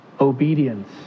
Obedience